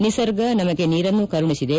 ನಿಸರ್ಗ ನಮಗೆ ನೀರನ್ನು ಕರುಣಿಸಿದೆ